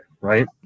right